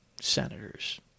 senators